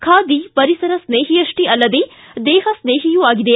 ಖಾದಿ ಪರಿಸರ ಸ್ನೇಹಿಯಷ್ಷೇ ಅಲ್ಲದೆ ದೇಹ ಸ್ನೇಹಿಯೂ ಆಗಿದೆ